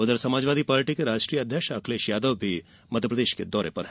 उधर समाजवादी पार्टी के राष्ट्रीय अध्यक्ष अखिलेश यादव भी प्रदेश के दौरे पर हैं